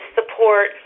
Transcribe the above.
support